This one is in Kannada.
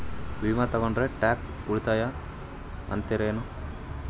ವಿಮಾ ತೊಗೊಂಡ್ರ ಟ್ಯಾಕ್ಸ ಉಳಿತದ ಅಂತಿರೇನು?